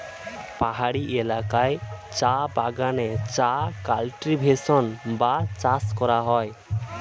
পাহাড়ি এলাকায় চা বাগানে চা কাল্টিভেশন বা চাষ করা হয়